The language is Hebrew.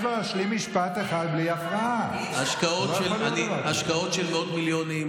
השקעות של מאות מיליונים,